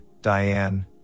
Diane